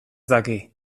daki